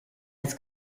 its